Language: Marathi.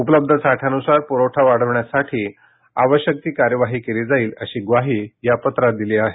उपलब्ध साठ्यानुसार प्रवठा वाढवण्यासाठी आवश्यक ती कार्यवाही केली जाईल अशी ग्वाही या पत्रात दिली आहे